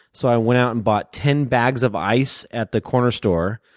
so i went out and bought ten bags of ice at the corner store.